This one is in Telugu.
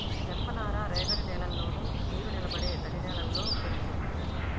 జనపనార రేగడి నేలల్లోను, నీరునిలబడే తడినేలల్లో పెరుగుతుంది